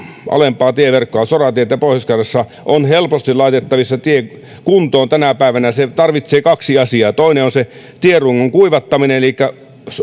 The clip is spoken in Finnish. alempaa tieverkkoa soratietä pohjois karjalassa on helposti laitettavissa kuntoon tänä päivänä se tarvitsee kaksi asiaa toinen on tierungon kuivattaminen elikkä